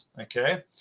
okay